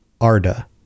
Arda